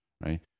right